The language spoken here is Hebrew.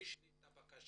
הגיש לי את הבקשה.